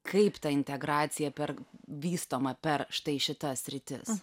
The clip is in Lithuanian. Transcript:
kaip ta integracija per vystoma per štai šitas sritis